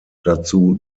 dazu